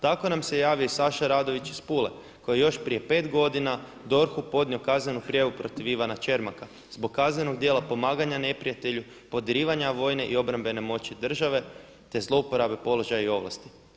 Tako nam se javio i Saša Radović iz Pule koji je još prije pet godina DORH-u podnio kaznenu prijavu protiv Ivana Čermaka zbog kaznenog djela pomaganja neprijatelju, podrivanja vojne i obrambene moći države, te zlouporabe položaja i ovlasti.